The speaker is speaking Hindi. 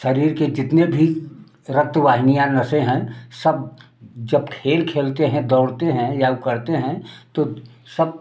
शरीर के जितनी भी रक्त वाहिनियाँ नसें हैं सब जब खेल खेलते हैं दौड़ते हैं या उ करते हैं तो सब